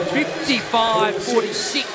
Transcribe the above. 55-46